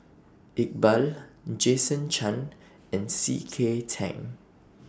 Iqbal Jason Chan and C K Tang